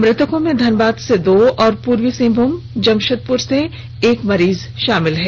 मृतकों में धनबाद से दो और पूर्वी सिंहभूम जमशेदपुर से एक मरीज शामिल हैं